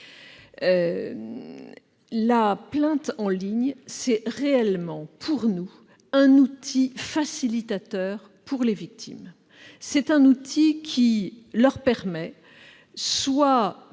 La plainte en ligne est réellement, pour nous, un outil facilitateur pour les victimes. Elle leur permet soit